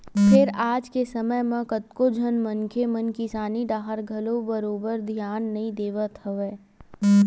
फेर आज के समे म कतको झन मनखे मन किसानी डाहर घलो बरोबर धियान नइ देवत हवय